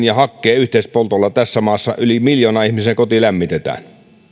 ja hakkeen yhteispoltolla tässä maassa yli miljoonan ihmisen koti lämmitetään